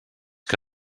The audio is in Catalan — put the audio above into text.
que